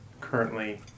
currently